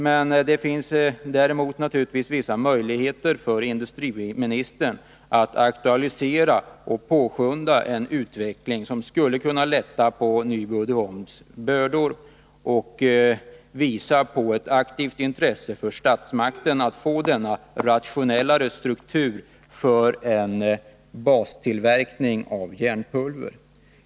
Men det finns naturligtvis vissa möjligheter för industriministern att aktualisera och påskynda en utveckling som skulle kunna lätta på bördorna för Nyby Uddeholm och visa att statsmakterna faktiskt intresserar sig för en rationellare struktur på bastillverkningen av järnpulver.